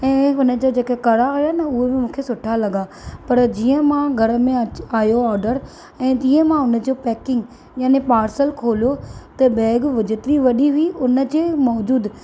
ऐं हुनजा जेका कड़ा हुया न उहे बि मूंखे सुठा लगा॒ पर जीअं मां घरु में आयो ऑर्डर ऐं जीअं मां हुनजो पैकिंग याने पार्सल खोलियो त बैग जेतिरी वडी॒ हुई उनजे मौजूदु